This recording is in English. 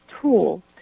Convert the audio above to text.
tool